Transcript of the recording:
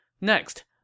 Next